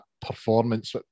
performance